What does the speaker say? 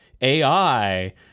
AI